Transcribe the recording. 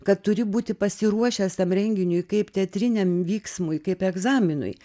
kad turi būti pasiruošęs tam renginiui kaip teatriniam vyksmui kaip egzaminui